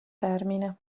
termine